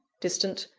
distant,